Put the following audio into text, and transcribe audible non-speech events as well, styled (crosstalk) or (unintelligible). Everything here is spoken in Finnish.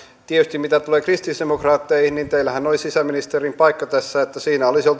tietysti mitä tulee kristillisdemokraatteihin niin teillähän oli sisäministerin paikka tässä että siinä olisi (unintelligible)